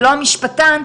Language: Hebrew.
ולא המשפטן,